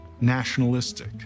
nationalistic